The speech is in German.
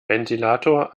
ventilator